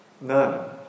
none